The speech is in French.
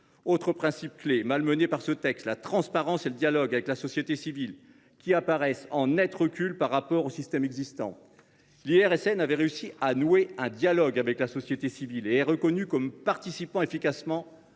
Autres principes clés malmenés par ce texte, la transparence et le dialogue avec la société civile y sont en net recul par rapport au système existant. L’IRSN avait réussi à nouer un dialogue avec la société civile, et il est reconnu comme participant efficacement